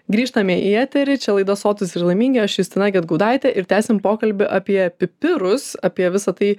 grįžtam į eterį čia laida sotūs ir laimingi aš justina gedgaudaitė ir tęsiam pokalbį apie pipirus apie visa tai